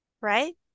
Right